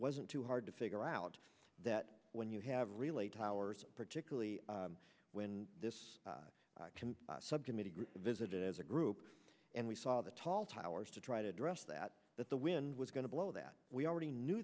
wasn't too hard to figure out that when you have relay towers particularly when this subject visited as a group and we saw the tall towers to try to address that that the wind was going to blow that we already knew